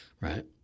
right